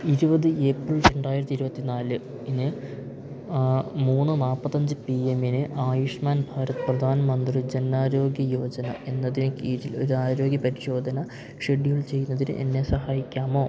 ഇരുപത് ഏപ്രിൽ രണ്ടായിരത്തി ഇരുപത്തിനാലിന് മൂന്ന് നാല്പത്തഞ്ച് പി എമ്മിന് ആയുഷ്മാൻ ഭാരത് പ്രധാൻ മന്ത്രി ജൻ ആരോഗ്യ യോജന എന്നതിന് കീഴിൽ ഒരാരോഗ്യ പരിശോധന ഷെഡ്യൂൾ ചെയ്യുന്നതിന് എന്നെ സഹായിക്കാമോ